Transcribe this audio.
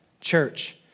Church